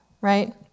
right